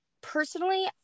Personally